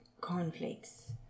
cornflakes